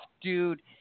dude